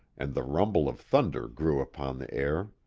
and the rumble of thunder grew upon the air.